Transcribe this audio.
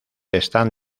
están